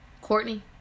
Courtney